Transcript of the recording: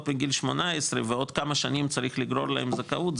מגיל 18 ועוד כמה שנים צריך לגרור להם זכאות,